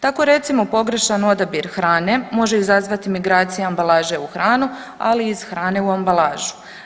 Tako recimo pogrešan odabir hrane može izazvati migracija ambalaže u hranu ali i iz hrane u ambalažu.